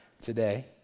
Today